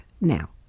now